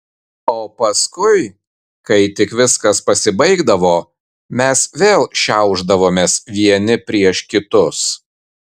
o paskui kai tik viskas pasibaigdavo mes vėl šiaušdavomės vieni prieš kitus